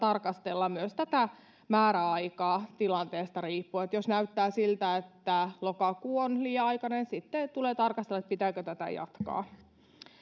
tarkastella myös tätä määräaikaa tilanteesta riippuen jos näyttää siltä että lokakuu on liian aikainen sitten tulee tarkastella pitääkö tätä jatkaa